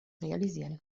realisieren